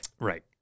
Right